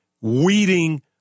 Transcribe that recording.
weeding